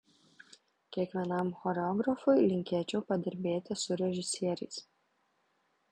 kiekvienam choreografui linkėčiau padirbėti su režisieriais